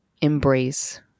embrace